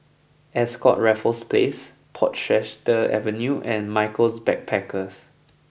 Ascott Raffles Place Portchester Avenue and Michaels Backpackers